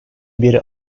bir